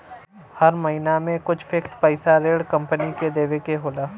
हर महिना में कुछ फिक्स पइसा ऋण कम्पनी के देवे के होला